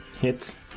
Hits